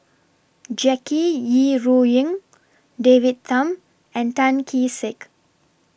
Jackie Yi Ru Ying David Tham and Tan Kee Sek